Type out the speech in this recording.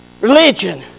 religion